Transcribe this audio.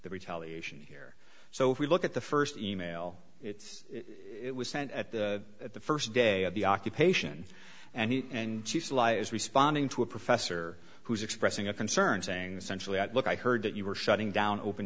the retaliation here so if we look at the first e mail it's it was sent at the at the first day of the occupation and and is responding to a professor who's expressing a concern saying essentially that look i heard that you were shutting down open